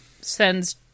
sends